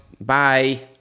Bye